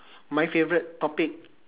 my favourite topic